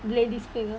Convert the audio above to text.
lady's finger